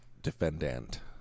defendant